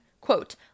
Quote